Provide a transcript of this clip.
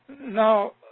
Now